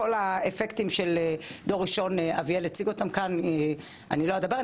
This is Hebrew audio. כל האפקטים של דור ראשון שאביאל הציג אותם כאן אני לא אדבר עליהם.